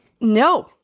No